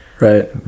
Right